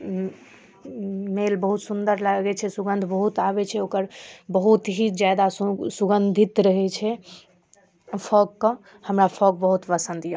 smell बहुत सुन्दर लागै छै सुगन्ध बहुत आबै छै ओकर बहुत ही जादा सुगन्धित रहै छै फॉगके हमरा फॉग बहुत पसन्द अइ